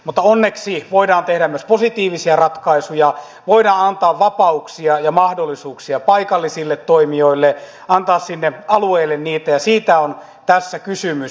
mutta onneksi voidaan tehdä myös positiivisia ratkaisuja voidaan antaa vapauksia ja mahdollisuuksia paikallisille toimijoille sinne alueelle ja siitä on tässä kysymys